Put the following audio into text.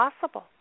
possible